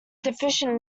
deficient